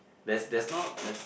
that's that's no that's